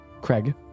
Craig